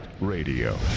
radio